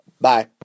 Bye